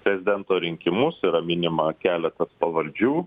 prezidento rinkimus yra minima keletas pavardžių